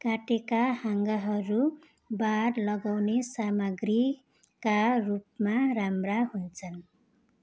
काटेका हाँगाहरू बार लगाउने सामग्रीका रूपमा राम्रा हुन्छन्